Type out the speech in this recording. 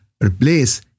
replace